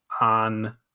on